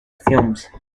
filmed